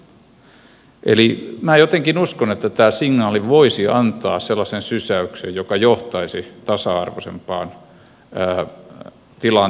minä jotenkin uskon että tämä signaali voisi antaa sellaisen sysäyksen joka johtaisi tasa arvoisempaan tilanteeseen perheissä